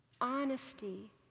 honesty